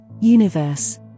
Universe